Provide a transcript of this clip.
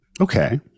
Okay